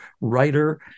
writer